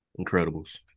Incredibles